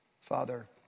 Father